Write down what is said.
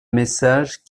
message